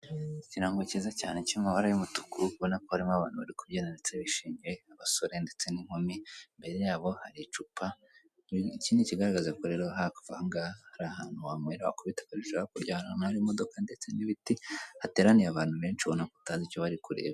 Ikirango cyiza cyane cy'amabara y'umutuku ubona ko harimo abantu bari kubyina, ndetse bishimye abasore ndetse n'inkumi imbere yabo hari icupa, iki ni ikigaragaza ko rero hafi aha ngaha hari ahantu wanywera, wakubita hakurya yaho hari imodoka ndetse n'ibiti hateraniye abantu benshi ubona ko utazi icyo bari kureba.